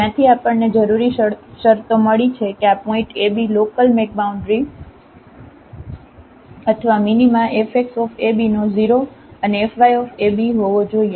જ્યાંથી આપણને જરૂરી શરતો મળી કે આ પોઇન્ટ ab લોકલમેક્બાઉન્ડ્રી અથવા મિનિમા fxab નો 0 અનેfyab હોવો જોઈએ b હોવો જોઈએ